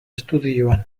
estudioan